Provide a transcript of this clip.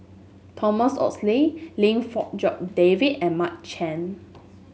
Thomas Oxley Lim Fong Jock David and Mark Chan